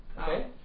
Okay